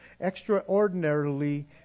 Extraordinarily